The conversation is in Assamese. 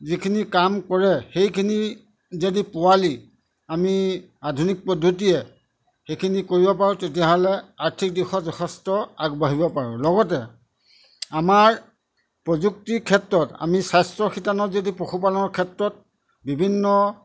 যিখিনি কাম কৰে সেইখিনি যদি পোৱালি আমি আধুনিক পদ্ধতিয়ে সেইখিনি কৰিব পাৰোঁ তেতিয়াহ'লে আৰ্থিক দিশত যথেষ্ট আগবাঢ়িব পাৰোঁ লগতে আমাৰ প্ৰযুক্তিৰ ক্ষেত্ৰত আমি স্বাস্থ্য শীতানত যদি পশুপালনৰ ক্ষেত্ৰত বিভিন্ন